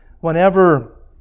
whenever